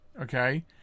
Okay